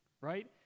right